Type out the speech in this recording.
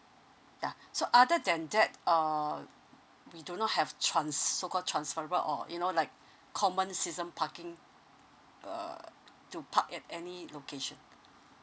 ya so other than that uh we do not have trans~ so called transferable or you know like common season parking uh to park at any location